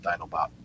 DinoBot